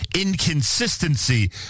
inconsistency